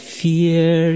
fear